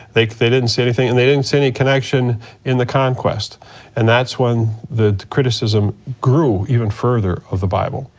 they they didn't see anything and they didn't see any connection in the conquest and that's when the criticism grew even further of the bible.